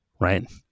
right